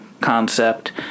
concept